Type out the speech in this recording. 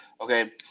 Okay